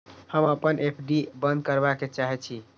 हम अपन एफ.डी बंद करबा के चाहे छी